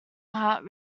heart